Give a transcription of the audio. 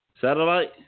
satellite